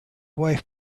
wife